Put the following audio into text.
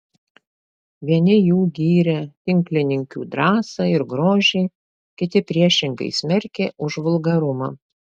vieni jų gyrė tinklininkių drąsą ir grožį kiti priešingai smerkė už vulgarumą